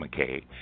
McKay